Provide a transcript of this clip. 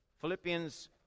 Philippians